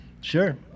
Sure